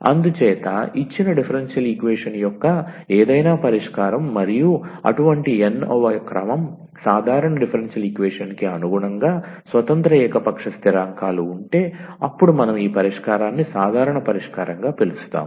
అందుచేత ఇచ్చిన differential equation యొక్క ఏదైనా పరిష్కారం మరియు అటువంటి n వ క్రమం సాధారణ డిఫరెన్షియల్ ఈక్వేషన్ కి అనుగుణంగా స్వతంత్ర ఏకపక్ష స్థిరాంకాలు ఉంటే అప్పుడు మనం ఈ పరిష్కారాన్ని సాధారణ పరిష్కారంగా పిలుస్తాము